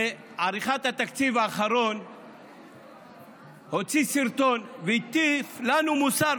בעריכת התקציב האחרון הוציא סרטון והטיף לנו מוסר.